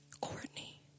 Courtney